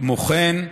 כמו כן,